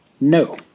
No